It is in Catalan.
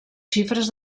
xifres